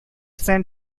spend